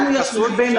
זה דוח חסוי?